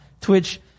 Twitch